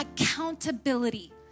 accountability